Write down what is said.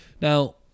Now